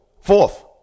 Fourth